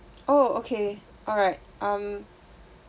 oh okay alright um